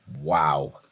Wow